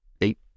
eight